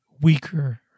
weaker